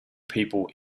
people